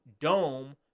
dome